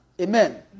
Amen